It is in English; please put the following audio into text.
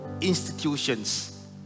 institutions